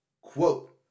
Quote